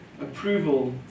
approval